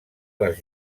les